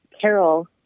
Carol